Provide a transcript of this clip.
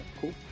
Cool